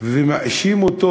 מאשים אותו,